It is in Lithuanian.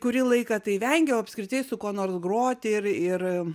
kurį laiką tai vengiau apskritai su kuo nors groti ir ir